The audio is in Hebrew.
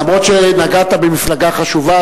אף-על-פי שנגעת במפלגה חשובה,